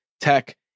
tech